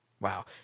Wow